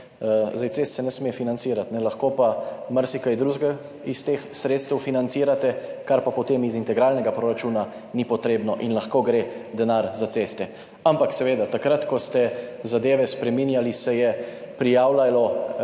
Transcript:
Cest se ne sme financirati, lahko pa financirate marsikaj drugega iz teh sredstev, kar pa potem iz integralnega proračuna ni potrebno in lahko gre denar za ceste. Ampak seveda takrat, ko ste zadeve spreminjali, se je prijavljalo